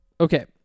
Okay